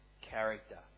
character